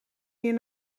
meer